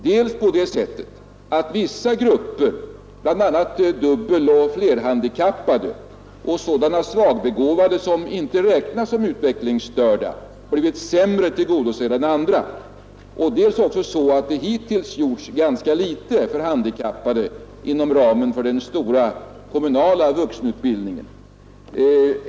Dels har vissa grupper — bl.a. dubbeloch flerhandikappade och sådana svagbegåvade som inte anses som utvecklingsstörda — blivit sämre tillgodosedda än andra, dels har det hittills gjorts ganska litet för handikappade inom ramen för den stora kommunala vuxenutbildningen.